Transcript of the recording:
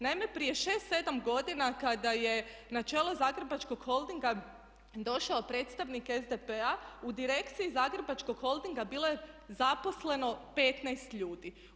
Naime, prije šest, sedam godina kada je na čelo Zagrebačkog holdinga došao predstavnik SDP-a u Direkciji Zagrebačkog holdinga bilo je zaposleno 15 ljudi.